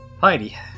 Heidi